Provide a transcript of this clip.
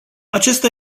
acesta